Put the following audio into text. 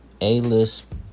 A-list